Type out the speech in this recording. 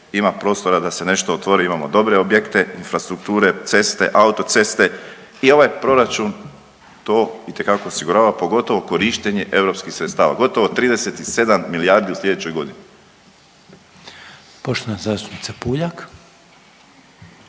ima prostora da se nešto otvori. Imamo dobre objekte infrastrukture ceste, autoceste. I ovaj proračun to itekako osigurava pogotovo korištenje europskih sredstava gotovo 37 milijardi u slijedećoj godini. **Reiner, Željko